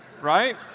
right